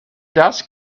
dust